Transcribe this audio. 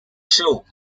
show